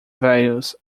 values